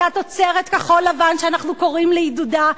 אותה תוצרת כחול-לבן שאנחנו קוראים לעידודה,